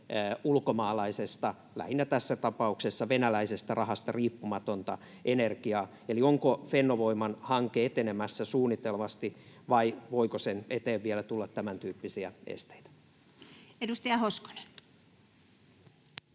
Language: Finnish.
ulkomaalaisesta, tässä tapauksessa lähinnä venäläisestä rahasta riippumatonta energiaa. Eli onko Fennovoiman hanke etenemässä suunnitellusti, vai voiko sen eteen vielä tulla tämän tyyppisiä esteitä? [Speech